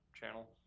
channel